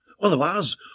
Otherwise